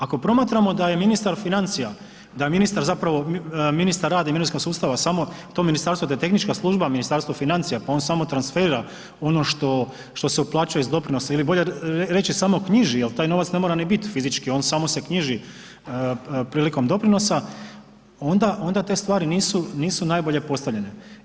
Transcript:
Ako promatramo da je ministar financija, da ministar rada i mirovinskog sustava samo to ministarstvo da je tehnička služba, a Ministarstvo financija pa ono samo transferira ono što se uplaćuje iz doprinosa ili bolje reći samo knjiži jel taj novac ne mora ni biti fizički on samo se knjiži prilikom doprinosa onda te stvari nisu najbolje postavljene.